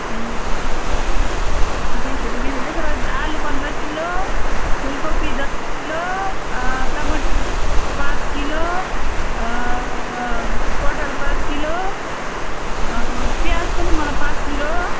ए ठिकै छ ठिकै छ त्यसो भए आलु पन्ध्र किलो फुलकोपी दस किलो टमाटर पाँच किलो पोटल पाँच किलो प्याज पनि मलाई पाँच किलो